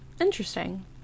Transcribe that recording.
Interesting